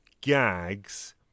gags